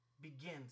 begins